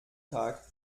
tag